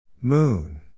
Moon